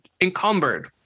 encumbered